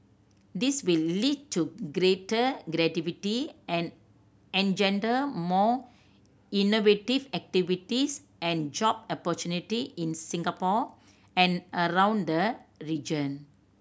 this will lead to greater creativity and engender more innovative activities and job opportunity in Singapore and around the region